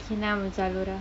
K now I'm on Zalora